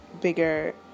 bigger